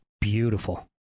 beautiful